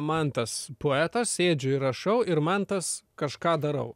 mantas poetas sėdžiu ir rašau ir mantas kažką darau